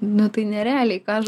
nu tai nerealiai ką aš